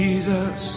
Jesus